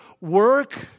work